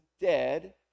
dead